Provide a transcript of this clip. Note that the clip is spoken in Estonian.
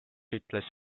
ütles